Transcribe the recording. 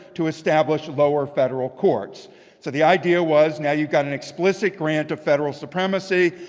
to establish lower federal courts. so the idea was now you've got an explicit grant of federal supremacy,